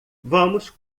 vamos